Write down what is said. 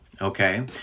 Okay